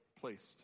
placed